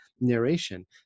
narration